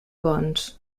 bons